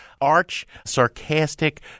arch-sarcastic